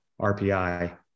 RPI